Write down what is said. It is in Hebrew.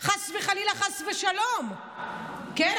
חס וחלילה, חס ושלום, כן?